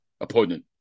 opponent